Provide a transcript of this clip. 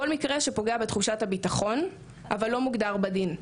כל מקרה שפוגע בתחושת הביטחון אבל לא מוגדר בדין.